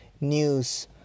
news